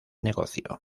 negocio